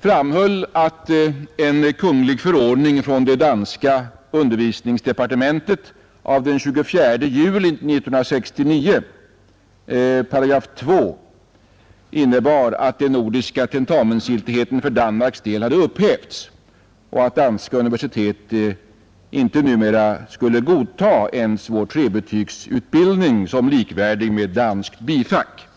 framhöll i denna debatt att paragraf 2 i en kungl. förordning från det danska undervisningsdepartementet av den 24 juli 1969 innebar att den nordiska tentamensgiltigheten för Danmarks del hade hävts och att danska universitet inte numera skulle godta ens vår trebetygsutbildning som likvärdig med danskt bifack.